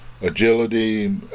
agility